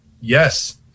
Yes